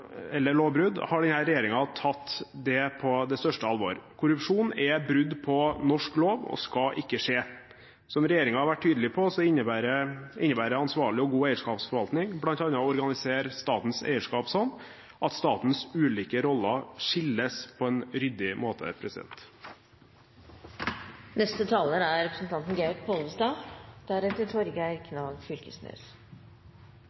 eller andre klanderverdige forhold eller lovbrudd, har denne regjeringen tatt det på det største alvor. Korrupsjon er brudd på norsk lov og skal ikke skje. Som regjeringen har vært tydelig på, innebærer ansvarlig og god eierskapsforvaltning bl.a. å organisere statens eierskap slik at statens ulike roller skilles på en ryddig måte. Senterpartiet er